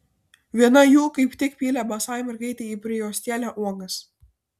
viena jų kaip tik pylė basai mergaitei į prijuostėlę uogas